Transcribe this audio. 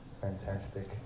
Fantastic